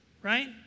right